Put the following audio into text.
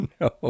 No